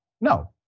no